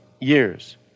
years